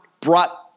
brought